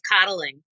coddling